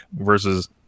versus